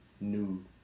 new